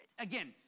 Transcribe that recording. Again